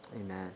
Amen